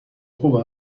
خوب